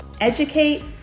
Educate